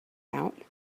out